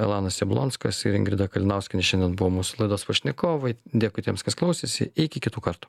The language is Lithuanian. elanas jablonskas ir ingrida kalinauskienė šiandien buvo mūsų laidos pašnekovai dėkui tiems kas klausėsi iki kitų kartų